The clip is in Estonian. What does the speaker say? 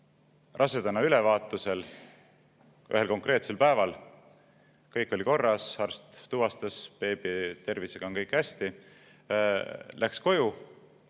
rasedana läbivaatusel ühel konkreetsel päeval. Kõik oli korras, arst tuvastas, et beebi tervisega on kõik hästi. [Ema] läks koju.